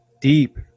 deep